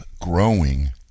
growing